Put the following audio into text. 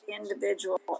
individual